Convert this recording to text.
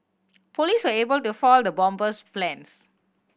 police were able to foil the bomber's plans